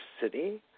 city